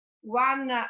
one